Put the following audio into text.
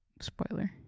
Spoiler